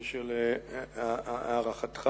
בקשר להערתך